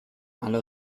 alle